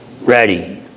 ready